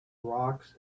rocks